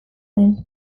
den